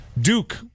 duke